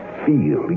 feel